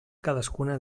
cadascuna